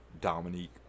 Dominique